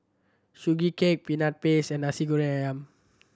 Sugee Cake Peanut Paste and Nasi Goreng Ayam